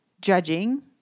judging